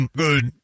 good